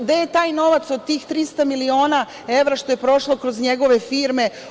Gde je taj novac od tih 300.000.000 evra što je prošlo kroz njegove firme?